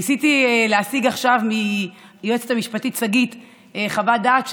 ניסיתי להשיג עכשיו מהיועצת המשפטית שגית חוות דעת,